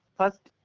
first